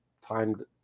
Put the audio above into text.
timed